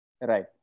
Right